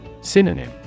Synonym